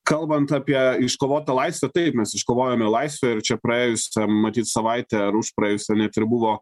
kalbant apie iškovotą laisvę taip mes iškovojome laisvę ir čia praėjusią matyt savaitę ar užpraėjusią net ir buvo